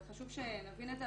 חשוב שנבין את זה.